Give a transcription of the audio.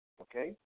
Okay